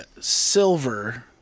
silver